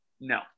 no